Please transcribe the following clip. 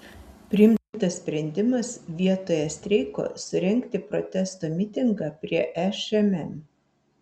priimtas sprendimas vietoje streiko surengti protesto mitingą prie šmm